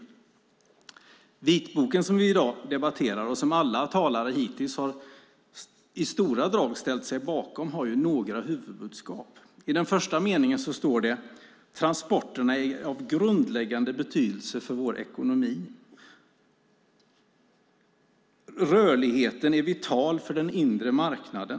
Den vitbok som vi i dag debatterar och som alla talare hittills i stora drag ställt sig bakom har några huvudbudskap. Den första meningen lyder: "Transporterna är av grundläggande betydelse för vår ekonomi och vårt samhälle. Rörligheten är vital för den inre marknaden.